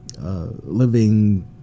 living